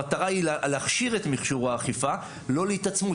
המטרה היא להכשיר את מכשור האכיפה, לא להתעצמות.